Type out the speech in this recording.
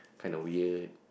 kind of weird